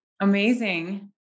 Amazing